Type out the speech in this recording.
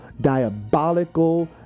diabolical